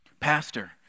pastor